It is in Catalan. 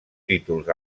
títols